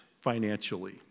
financially